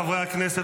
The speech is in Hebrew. חברי הכנסת,